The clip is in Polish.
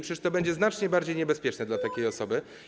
Przecież to będzie znacznie bardziej niebezpieczne dla takiej osoby.